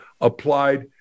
applied